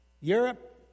Europe